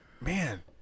man